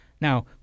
Now